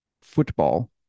football